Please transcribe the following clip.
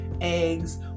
eggs